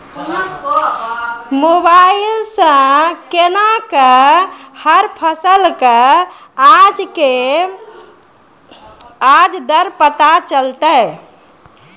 Mobile सऽ केना कऽ हर फसल कऽ आज के आज दर पता चलतै?